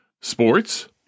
Sports